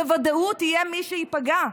בוודאות יהיה מי שייפגע.